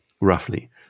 roughly